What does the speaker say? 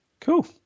Cool